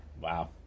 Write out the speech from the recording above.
Wow